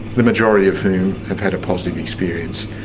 the majority of whom have had a positive experience.